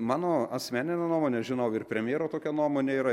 mano asmenine nuomone žinau ir premjero tokia nuomonė yra